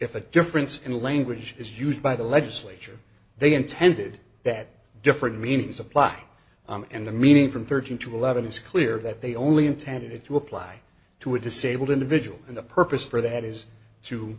if a difference in language is used by the legislature they intended that different meanings apply and the meaning from thirteen to eleven is clear that they only intended to apply to a disabled individual and the purpose for that is to